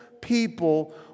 people